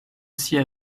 sia